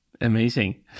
Amazing